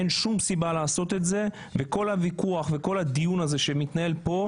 אין שום סיבה לעשות את זה וכל הוויכוח וכל הדיון הזה שמתנהל כאן,